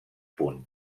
punt